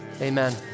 amen